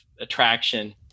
attraction